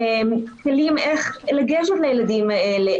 כלים איך לגשת לילדים האלה,